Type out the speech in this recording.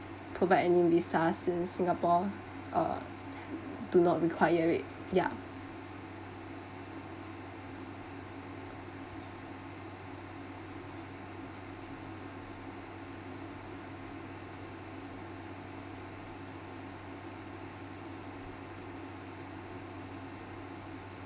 provide any visas since singapore uh do not require it yeah